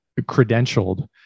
credentialed